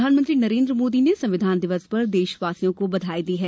प्रधानमंत्री नरेन्द्र मोदी ने संविधान दिवस पर देशवासियों को बधाई दी है